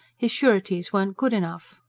his sureties weren't good enough.